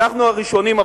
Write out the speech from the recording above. אנחנו הראשונים,